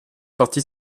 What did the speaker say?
partie